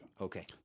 Okay